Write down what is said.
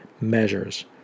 measures